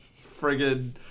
friggin